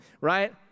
right